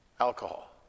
alcohol